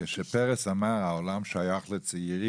כשפרס אמר העולם שייך לצעירים,